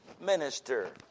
minister